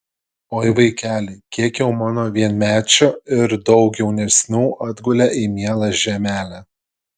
oi vaikeli kiek jau mano vienmečių ir daug jaunesnių atgulė į mielą žemelę